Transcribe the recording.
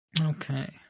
Okay